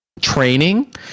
training